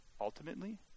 Ultimately